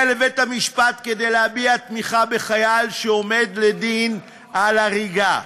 לבית-המשפט כדי להביע תמיכה בחייל שעומד לדין על הריגה?